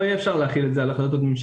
לא יהיה אפשר להחיל את זה על החלטות ממשלה.